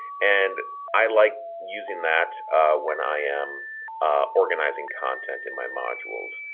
and i like using that when i am organizing content in my modules.